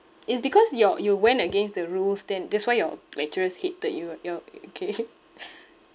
it's because your you went against the rules then that's why your lecturers hated you your okay